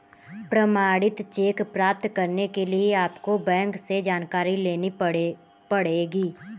प्रमाणित चेक प्राप्त करने के लिए आपको बैंक से जानकारी लेनी पढ़ेगी